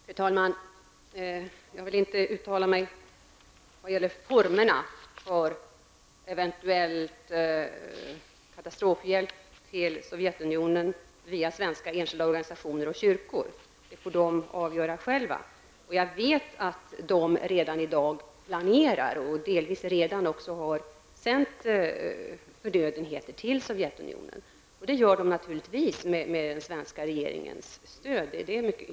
Fru talman! Jag vill inte uttala mig om formerna för en eventuell katastrofhjälp till Sovjetunionen via svenska enskilda organisationer och kyrkor. Detta får de avgöra själva. Jag vet att dessa organisationer redan i dag planerar att sända förnödenheter till Sovjetunionen och att de delvis också redan har gjort det. De har naturligtvis den svenska regeringens stöd för detta.